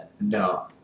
no